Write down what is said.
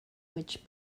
which